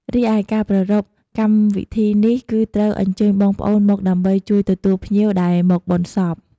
រីឯការប្រារព្ធកម្មវិធីនេះគឺត្រូវអញ្ជើញបងប្អូនមកដើម្បីជួយទទួលភ្ញៀវដែលមកបុណ្យសព។